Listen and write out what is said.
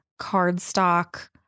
cardstock